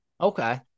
Okay